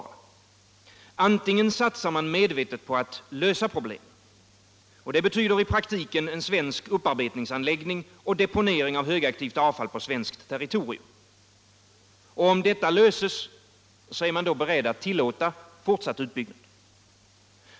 Antingen satsar man medvetet på att lösa problemen. Det betyder i praktiken en svensk upparbetningsanläggning och deponering av högaktivt avfall på svenskt territorium. Öch om detta löses, är man beredd aut tillåta fortsatt utbyggnad.